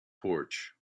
porch